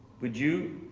would you